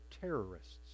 terrorists